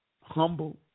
Humble